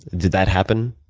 did that happen?